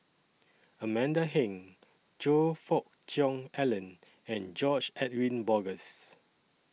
Amanda Heng Choe Fook Cheong Alan and George Edwin Bogaars